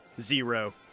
Zero